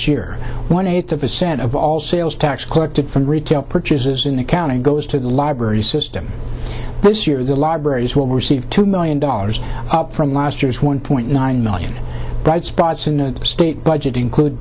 year one eighth of a cent of all sales tax collected from retail purchases in accounting goes to the library system this year the libraries will receive two million dollars up from last year's one point nine million bright spots in the state budget include